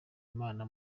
imana